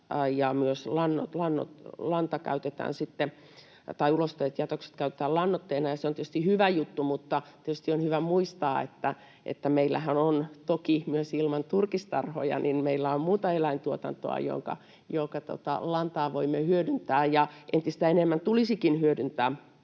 ja myös ulosteet ja jätökset käytetään lannoitteena. Se on tietysti hyvä juttu, mutta tietysti on hyvä muistaa, että meillähän on toki myös ilman turkistarhoja muuta eläintuotantoa, jonka lantaa voimme hyödyntää ja entistä enemmän tulisikin hyödyntää